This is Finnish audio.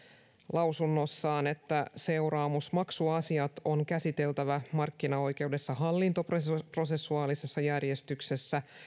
lausunnossaan seuraamusmaksuasiat on käsiteltävä markkinaoikeudessa hallintoprosessuaalisessa järjestyksessä